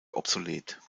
obsolet